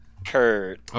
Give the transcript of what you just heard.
Kurt